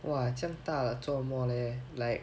!wah! 这样大了做么 leh like